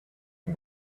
who